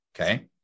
okay